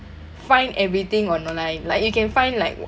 find everything on online like you can find like